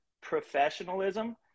professionalism